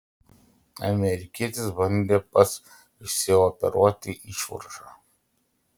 amerikietis bandė pats išsioperuoti išvaržą